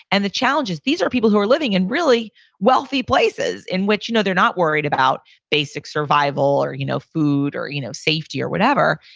and the challenges, these are people who are living in really wealthy places in which you know they're not worried about basic survival or you know food or you know safety or whatever,